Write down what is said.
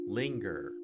linger